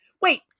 Wait